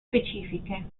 specifiche